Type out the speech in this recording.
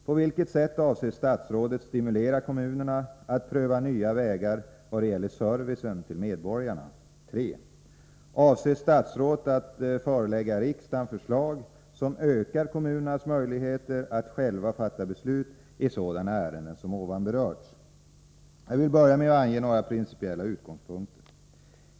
På vilket sätt avser statsrådet stimulera kommunerna att pröva nya vägar vad gäller servicen till medborgarna? 3. Avser statsrådet att förelägga riksdagen förslag som ökar kommunernas möjligheter att själva fatta beslut i sådana ärenden som ovan berörts? Jag vill börja med att ange några principiella utgångspunkter.